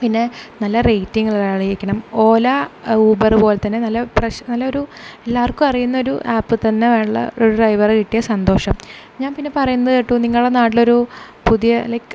പിന്നെ നല്ല റേറ്റിങ്ങ് ഉള്ള ഒരു ആൾ ആയിരിക്കണം ഓല ഊബർ പോലെ തന്നെ നല്ല പ്രശ് നല്ലൊരു എല്ലാവർക്കും അറിയുന്ന ഒരു ആപ്പിൽ തന്നെ ഉള്ള ഒരു ഡ്രൈവറെ കിട്ടിയാൽ സന്തോഷം ഞാൻ പിന്നെ പറയുന്നത് കേട്ടു നിങ്ങളുടെ നാട്ടിൽ ഒരു പുതിയ ലൈക്